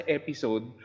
episode